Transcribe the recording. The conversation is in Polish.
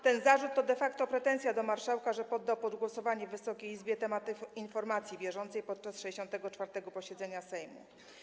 Ten zarzut to de facto pretensja do marszałka, że poddał pod głosowanie Wysokiej Izby tematy informacji bieżącej podczas 64. posiedzenia Sejmu.